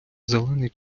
зелений